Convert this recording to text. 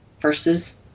versus